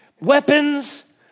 weapons